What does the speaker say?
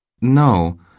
No